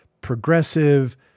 progressive